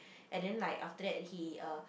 and then like after that he uh